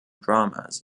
dramas